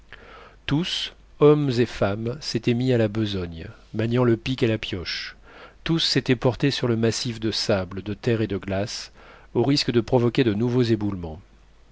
tous hommes et femmes s'étaient mis à la besogne maniant le pic et la pioche tous s'étaient portés sur le massif de sable de terre et de glaces au risque de provoquer de nouveaux éboulements